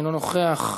אינו נוכח,